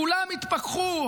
כולם התפכחו,